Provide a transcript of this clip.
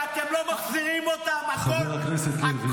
ואתם לא מחזירים אותם, חבר הכנסת לוי.